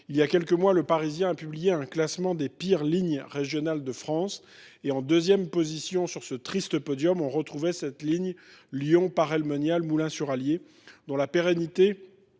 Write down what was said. Il y a quelques mois, a publié un classement des « pires lignes régionales de France ». En deuxième position sur ce triste podium, on retrouve cette ligne Lyon Paray le Monial Moulins sur Allier, dont la pérennité